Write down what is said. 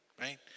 right